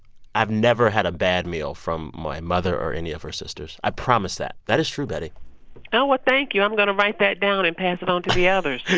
i've never had a bad meal from my mother or any of her sisters. i promise that. that is true, betty oh, well, thank you. i'm going to write that down and pass it on to the others